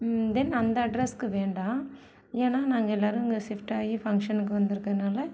தென் அந்த அட்ரஸுக்கு வேண்டாம் ஏன்னால் நாங்கள் எல்லாரும் இங்கே ஷிஃப்ட்டாகி பங்க்ஷனுக்கு வந்துருக்கிறதுனால